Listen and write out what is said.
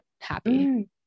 happy